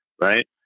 right